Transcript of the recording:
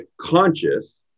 conscious